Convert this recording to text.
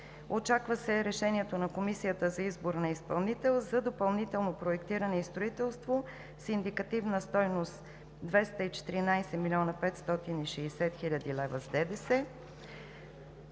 Очаква се решението на Комисията за избор на изпълнител за допълнително проектиране и строителство с индикативна стойност 214 млн. 560 хил. лв. с ДДС